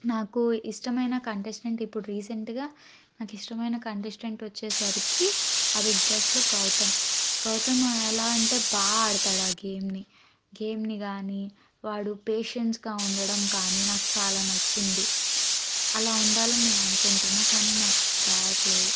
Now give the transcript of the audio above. నాకు ఇష్టమైన కంటెస్టెంట్ ఇప్పుడు రీసెంట్గా నాకు ఇష్టమైన కంటెస్టెంట్ వచ్చేసరికి బిగ్ బాస్లో గౌతమ్ గౌతమ్ ఎలా అంటే బాగా ఆడతాడు ఆ గేమ్ని గేమ్ని కానీ వాడు పేషన్స్గా ఉండడం కానీ నాకు చాలా నచ్చింది అలా ఉండాలని నేను అనుకుంటున్నా కానీ నాకు అది కావట్లేదు